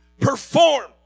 perform